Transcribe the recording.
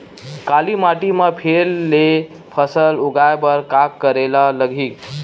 काली माटी म फेर ले फसल उगाए बर का करेला लगही?